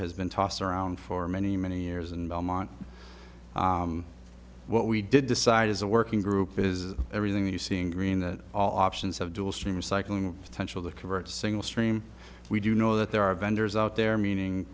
has been tossed around for many many years and belmont what we did decide as a working group is everything that you seeing green that all options have dual stream recycling potential to convert single stream we do know that there are vendors out there meaning